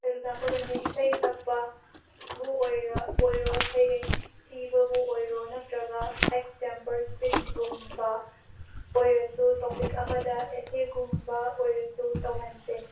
example ꯑꯣꯏꯅ ꯏꯁꯩ ꯁꯛꯄꯕꯨ ꯑꯣꯏꯔꯣ ꯁꯩꯔꯦꯡ ꯊꯤꯕꯕꯨ ꯑꯣꯏꯔꯣ ꯅꯠꯇ꯭ꯔꯒ ꯑꯦꯛꯁ ꯇꯦꯝꯄꯔ ꯁ꯭ꯄꯤꯁꯒꯨꯝꯕ ꯑꯣꯏꯔꯁꯨ ꯇꯣꯄꯤꯛ ꯑꯃꯗ ꯑꯦꯁꯦꯒꯨꯝꯕ ꯑꯣꯏꯔꯁꯨ ꯇꯧꯍꯟꯁꯦ